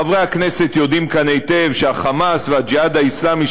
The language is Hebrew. חברי הכנסת כאן יודעים היטב שה"חמאס" ו"הג'יהאד האסלאמי",